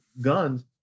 guns